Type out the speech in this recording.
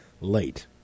late